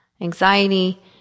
anxiety